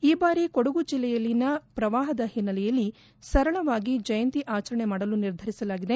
ಈ ಬಾರಿ ಕೊಡಗು ಜಿಲ್ಲೆಯಲ್ಲಿನ ಪ್ರವಾಹದ ಹಿನ್ನೆಲೆಯಲ್ಲಿ ಸರಳವಾಗಿ ಜಯಂತಿ ಆಚರಣೆ ಮಾಡಲು ನಿರ್ಧರಿಸಲಾಗಿದೆ